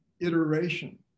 iteration